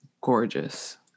gorgeous